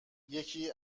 یکی